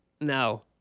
No